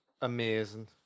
amazing